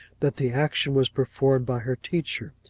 that the action was performed by her teacher,